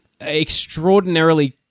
extraordinarily